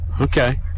okay